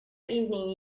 evening